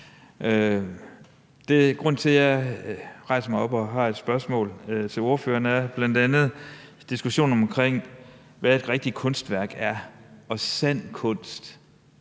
Grunden til, at jeg rejser mig op og har et spørgsmål til ordføreren, er bl.a. diskussionen om, hvad et rigtigt kunstværk og sand kunst